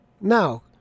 Now